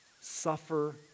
suffer